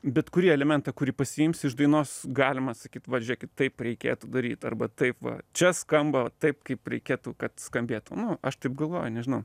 bet kurį elementą kurį pasiimsi iš dainos galima sakyt vat žiūrėkit taip reikėtų daryt arba tai va čia skamba taip kaip reikėtų kad skambėtų nu aš taip galvoju nežinau